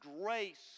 grace